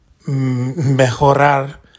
mejorar